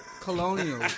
Colonial